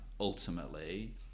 ultimately